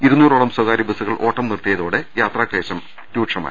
ഇരുനൂറോളം സ്ഥകാര്യ ബസുകൾ ഓട്ടം നിർത്തിയതോടെ യാത്രാക്ലേശം രൂക്ഷമായി